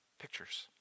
Pictures